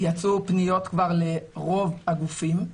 יצאו כבר פניות לרוב הגופים.